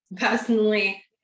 Personally